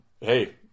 hey